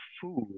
food